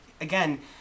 again